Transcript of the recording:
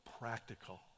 practical